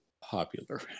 popular